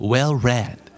Well-read